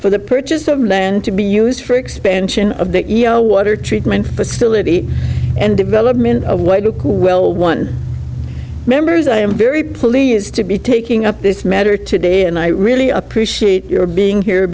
for the purchase of land to be used for expansion of the iau water treatment facility and development of way to cool well one members i am very pleased to be taking up this matter today and i really appreciate your being here